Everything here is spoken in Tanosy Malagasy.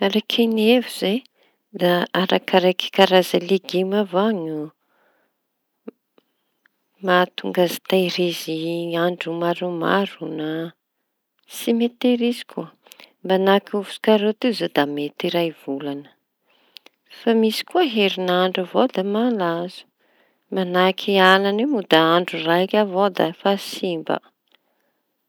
Araky ny hevitso e; da arakaraky karaza legioma avao mahatonga azy tehirizy andro maromaro na tsy mety tehirizy koa. Manahaky ovy sy karôty io zao maharitsy iray volana fa misy koa herinandro avao da malazo, manahaky anana io moa da andro raiky avao da fa simba.